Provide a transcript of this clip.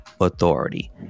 authority